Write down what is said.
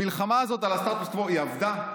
המלחמה הזאת על הסטטוס קוו עבדה?